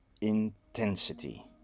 intensity